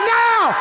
now